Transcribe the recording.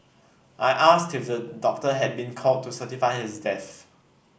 I asked if a doctor had been called to certify his death